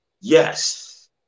Yes